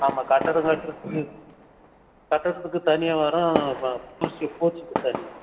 ஆமாம் கட்டடிம் கட்டுறதுக்கு கட்டடித்துக்கு தனியாக வரும் பூ பூச்சிக்கு தனியாக வரும்